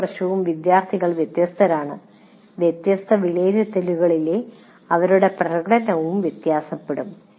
ഓരോ വർഷവും വിദ്യാർത്ഥികൾ വ്യത്യസ്തരാണ് വ്യത്യസ്ത വിലയിരുത്തലുകളിലെ അവരുടെ പ്രകടനവും വ്യത്യാസപ്പെടും